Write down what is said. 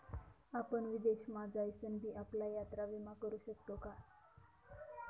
आपण विदेश मा जाईसन भी आपला यात्रा विमा करू शकतोस का?